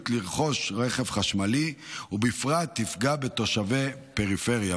לרכוש רכב חשמלי ובפרט תפגע בתושבי הפריפריה.